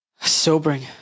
Sobering